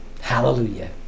Hallelujah